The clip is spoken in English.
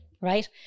Right